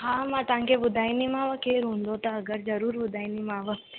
हा मां तव्हांखे ॿुधाईंदीमाव केरु हूंदो त अगरि ज़रूर ॿुधाईंदीमाव